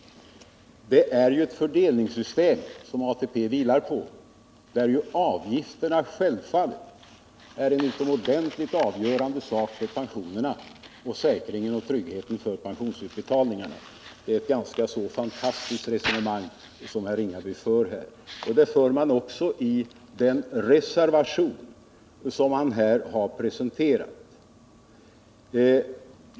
Det är ju ett fördelningssystem som ATP vilar på, där avgifterna självfallet är utomordentligt avgörande för pensionerna och för tryggheten i pensionsutbetalningarna. Det är ett ganska fantastiskt resonemang som herr Ringaby för. Det resonemanget för man också i den reservation som herr Ringaby här har presenterat.